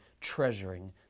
treasuring